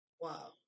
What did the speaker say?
wow